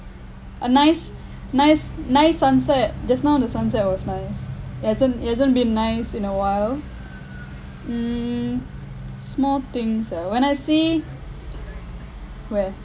a nice nice nice sunset just now the sunset was nice it hasn't it hasn't been nice in a while mm small things ah when I see where